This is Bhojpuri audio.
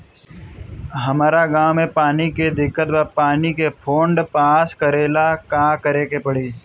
हमरा गॉव मे पानी के दिक्कत बा पानी के फोन्ड पास करेला का करे के पड़ी?